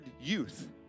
youth